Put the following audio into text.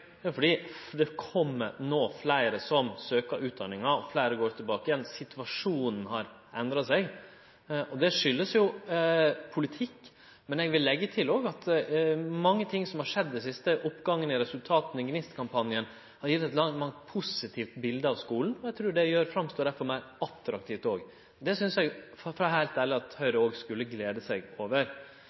utdanninga og fleire som går tilbake til skulen. Situasjonen har endra seg, og det skuldast politikk. Men eg vil òg leggje til at det er mange ting som har skjedd i det siste: oppgangen i resultata i GNIST-kampanjen har gjeve eit langt meir positivt bilete av skulen. Eg trur at det derfor står fram som meir attraktivt. Det synest eg, for å vere heilt ærleg, Høgre òg skulle gle seg over.